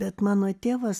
bet mano tėvas